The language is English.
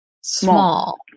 small